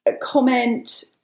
comment